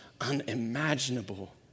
unimaginable